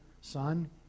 son